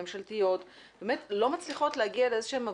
את כל הסמכויות גם היבשתי וגם הימי לאותה רשות ממשלתית שהוקמה,